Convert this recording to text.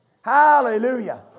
Hallelujah